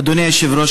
אדוני היושב-ראש,